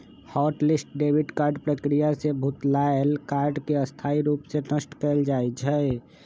hot list debit card प्रक्रिया से भुतलायल कार्ड के स्थाई रूप से नष्ट कएल जाइ छइ